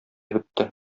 бетте